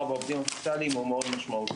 של העובדים הסוציאליים הוא מאוד משמעותי.